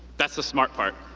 that's the smart part.